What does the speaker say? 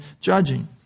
judging